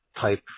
type